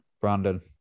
Brandon